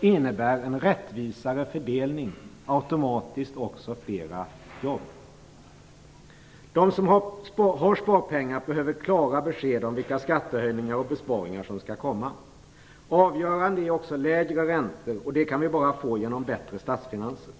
innebär en rättvisare fördelning automatiskt också flera jobb. De som har sparpengar behöver klara besked om vilka skattehöjningar och besparingar som skall komma. Avgörande är också lägre räntor, och det kan vi bara få genom bättre statsfinanser.